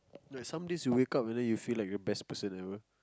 wait some days you wake up and then you feel like the best person ever